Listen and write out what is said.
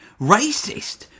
racist